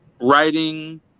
writing